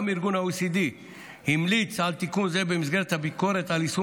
גם ה־OECD המליץ על תיקון זה במסגרת הביקורת על יישום